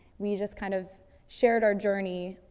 we just kind of shared our journey,